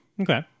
Okay